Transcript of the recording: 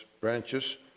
branches